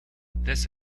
this